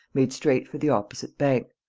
made straight for the opposite bank,